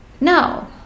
no